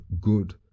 good